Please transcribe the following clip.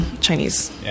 Chinese